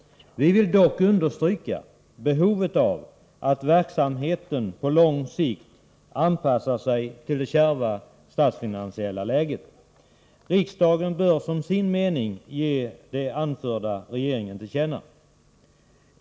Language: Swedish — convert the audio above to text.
Vi vill dock framhålla behovet av att verksamheten på lång sikt anpassas till det statsfinansiella läget. Riksdagen bör som sin mening ge regeringen det som anförts i reservationen till känna.